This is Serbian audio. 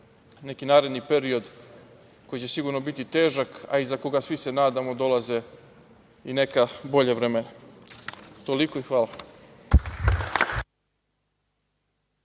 neki naredni period koji će sigurno biti težak, a iza koga, svi se nadamo, dolaze i neka bolja vremena. Toliko i hvala.